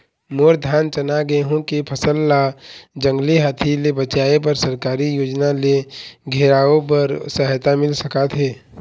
मोर धान चना गेहूं के फसल ला जंगली हाथी ले बचाए बर सरकारी योजना ले घेराओ बर सहायता मिल सका थे?